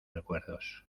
recuerdos